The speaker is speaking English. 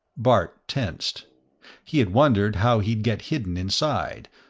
bart tensed he had wondered how he'd get hidden inside,